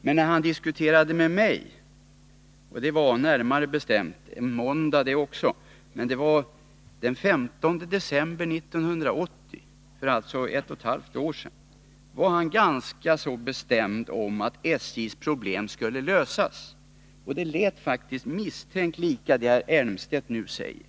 Men när han diskuterade med mig - måndagen den 15 december 1980, alltså för ett och ett halvt år sedan — var han ganska så bestämd om att SJ:s problem skulle lösas. Det lät misstänkt likt det herr Elmstedt nu säger.